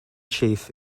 chief